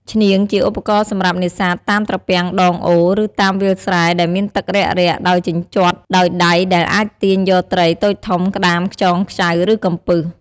ឈ្នាងជាឧបករណ៍សម្រាប់នេសាទតាមត្រពាំងដងអូរ ឬតាមវាលស្រែដែលមានទឹករាក់ៗដោយជញ្ជាត់ដោយដៃដែលអាចទាញយកត្រីតូចធំ ក្តាម ខ្យង ខ្ចៅ ឬកំពឹស។